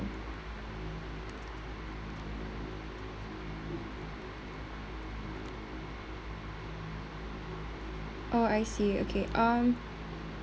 orh I see okay um